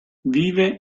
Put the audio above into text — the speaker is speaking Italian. vive